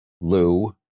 Lou